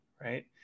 right